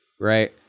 Right